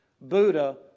Buddha